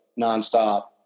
nonstop